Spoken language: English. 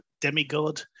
Demigod